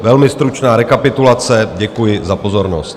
Velmi stručná rekapitulace, děkuji za pozornost.